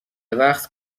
وقت